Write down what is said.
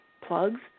plugs